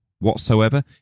whatsoever